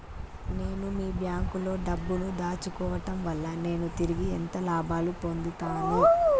నేను మీ బ్యాంకులో డబ్బు ను దాచుకోవటం వల్ల నేను తిరిగి ఎంత లాభాలు పొందుతాను?